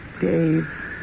Dave